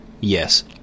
Yes